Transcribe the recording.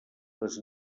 les